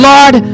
Lord